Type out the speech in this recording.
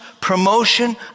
promotion